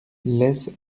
lès